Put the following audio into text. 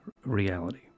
reality